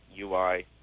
ui